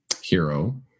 hero